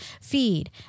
feed